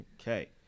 Okay